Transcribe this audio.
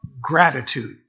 gratitude